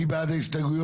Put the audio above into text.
מי בעד ההסתייגויות?